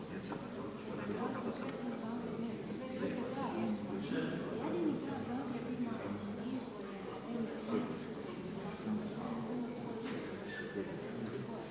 Hvala vam.